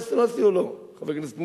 היילה סלאסי,